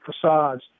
facades